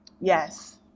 Yes